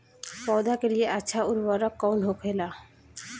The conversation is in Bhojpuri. पौधा के लिए अच्छा उर्वरक कउन होखेला?